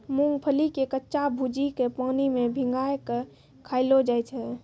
मूंगफली के कच्चा भूजिके पानी मे भिंगाय कय खायलो जाय छै